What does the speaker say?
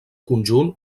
conjunt